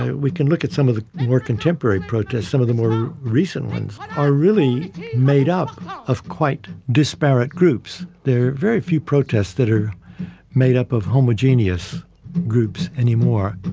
we can look at some of the more contemporary protests, some of the more recent ones are really made up of quite disparate groups. there are very few protests that are made up of homogeneous groups anymore.